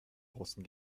russen